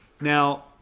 Now